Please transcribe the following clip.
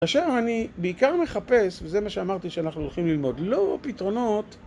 עכשיו אני בעיקר מחפש, וזה מה שאמרתי שאנחנו הולכים ללמוד, לא פתרונות